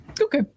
okay